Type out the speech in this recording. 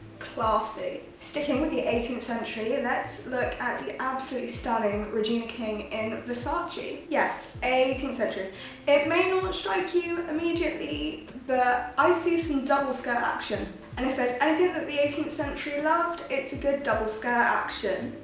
classy. sticking with the eighteenth century let's look at the absolutely stunning regina king in versace. yes eighteenth century it may not strike you immediately but i see some double skirt action and if there's anything that the eighteenth century loved it's a good double skirt action.